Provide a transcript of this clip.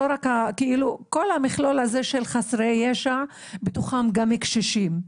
כל המכלול הזה של חסרי ישע, בתוכם גם קשישים.